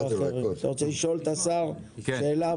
אתה רוצה לשאול את השר שאלה?